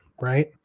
right